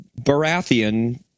Baratheon